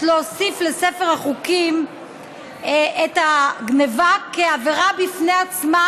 להוסיף לספר החוקים את הגנבה כעבירה בפני עצמה,